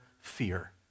fear